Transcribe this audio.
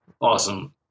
awesome